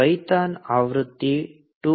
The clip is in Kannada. ಆದ್ದರಿಂದ ಪೈಥಾನ್ ಆವೃತ್ತಿ 2